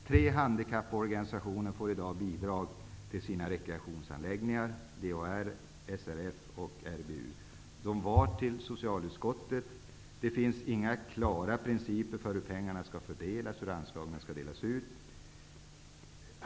Tre handikapporganisationer får i dag bidrag till sina rekreationsanläggningar, dvs. DHR, SRF och RBU. Dessa organisationer har besökt socialutskottet. Det finns inga klara principer hur pengarna skall fördelas och hur anslagen skall delas ut.